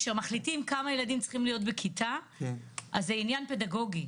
כשמחליטים כמה ילדים צריכים להיות בכיתה זה עניין פדגוגי,